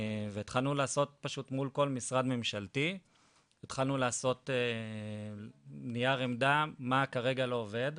והתחלנו לעשות פשוט מול כל משרד ממשלתי נייר עמדה מה כרגע לא עובד,